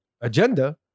agenda